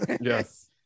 Yes